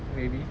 maybe